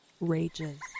rages